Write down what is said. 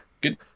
Good